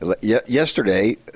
Yesterday